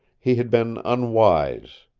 he had been unwise.